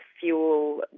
fuel